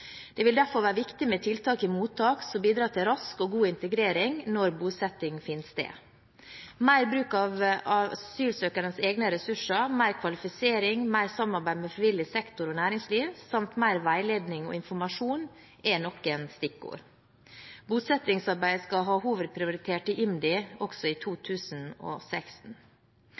Det vil derfor være viktig med tiltak i mottak som bidrar til rask og god integrering når bosetting finner sted. Mer bruk av asylsøkerens egne ressurser, mer kvalifisering, mer samarbeid med frivillig sektor og næringsliv samt mer veiledning og informasjon er noen stikkord. Bosettingsarbeidet skal ha hovedprioritet i IMDi også i 2016.